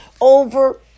over